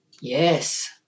Yes